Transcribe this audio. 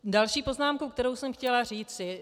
Další poznámku, kterou jsem chtěla říci.